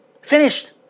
finished